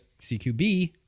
CQB